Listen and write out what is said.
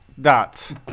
Dots